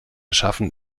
schaffen